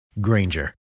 Granger